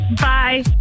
Bye